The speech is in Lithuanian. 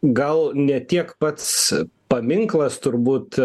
gal ne tiek pats paminklas turbūt